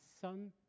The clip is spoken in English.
son